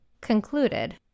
Concluded